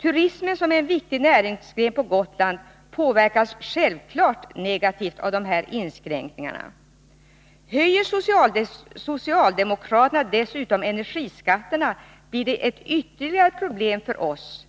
Turismen, som är en viktig näringsgren på Gotland, påverkas självklart negativt av de här inskränkningarna. Höjer socialdemokraterna dessutom energiskatterna blir det ett ytterligare problem för oss.